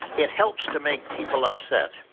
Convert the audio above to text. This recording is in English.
it helps to make people upset.